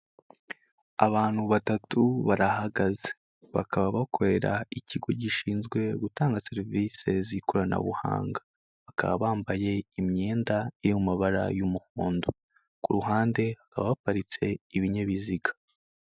Abantu batatu barahagaze, bakaba bakorera ikigo gishinzwe gutanga serivisi z'ikoranabuhanga, bakaba bambaye imyenda yo mumabara y'umuhondo, ku ruhande hakaba haparitse ibinyabiziga.